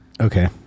Okay